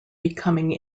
becoming